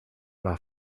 war